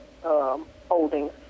holdings